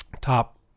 top